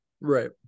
Right